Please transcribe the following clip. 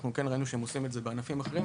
אנחנו ראינו שהם עושים את זה בענפים אחרים,